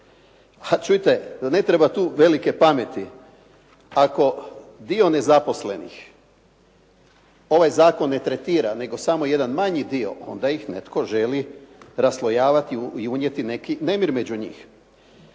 A čujte, ne treba tu velike pameti. Ako dio nezaposlenih ovaj zakon ne tretira, nego samo jedan manji dio, onda ih netko želi raslojavati i unijeti neki nemir među njih.